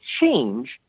change